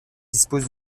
dispose